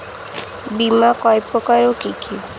বীমা কয় প্রকার কি কি?